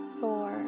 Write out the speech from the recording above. four